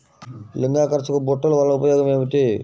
లింగాకర్షక బుట్టలు వలన ఉపయోగం ఏమిటి?